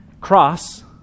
Cross